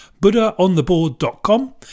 buddhaontheboard.com